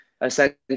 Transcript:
Essentially